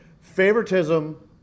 favoritism